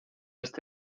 este